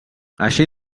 així